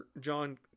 John